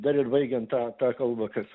dar ir baigiant tą tą kalbą kad